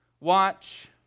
watch